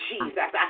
Jesus